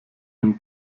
dem